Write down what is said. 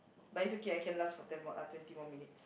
but it's okay I can last for ten more ah twenty more minutes